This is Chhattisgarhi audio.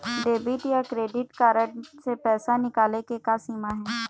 डेबिट या क्रेडिट कारड से पैसा निकाले के का सीमा हे?